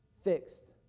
Fixed